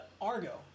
Argo